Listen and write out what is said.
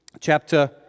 chapter